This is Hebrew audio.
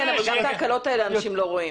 גם את ההקלות האלה אנשים לא רואים.